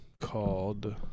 Called